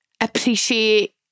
appreciate